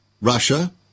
Russia